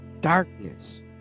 darkness